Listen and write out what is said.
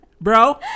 bro